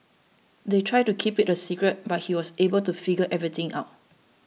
they tried to keep it a secret but he was able to figure everything out